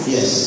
Yes